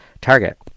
target